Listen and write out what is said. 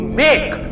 make